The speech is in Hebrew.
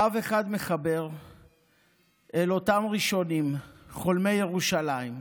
קו אחד מחבר אל אותם ראשונים, חולמי ירושלים.